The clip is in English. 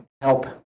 help